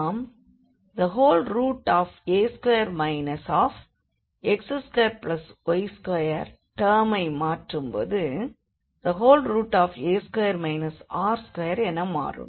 நாம் a2 x2y2 டேர்மை மாற்றும் போது a2 r2 என மாறும்